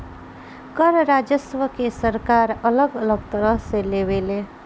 कर राजस्व के सरकार अलग अलग तरह से लेवे ले